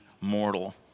mortal